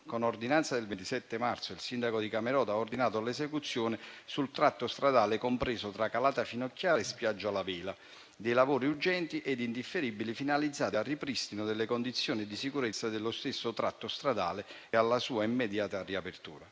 Con ordinanza del 27 marzo 2023 il sindaco di Camerota ha ordinato l'esecuzione sul tratto stradale compreso tra cala Finocchiara e spiaggia La Vela di lavori urgenti ed indifferibili finalizzati al ripristino delle condizioni di sicurezza dello stesso tratto stradale e alla sua immediata riapertura.